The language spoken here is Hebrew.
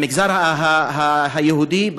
במגזר היהודי,